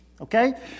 okay